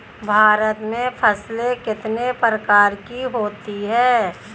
भारत में फसलें कितने प्रकार की होती हैं?